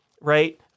right